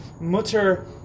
mutter